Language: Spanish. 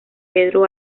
pedro